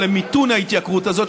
למיתון ההתייקרות הזאת,